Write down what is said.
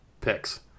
picks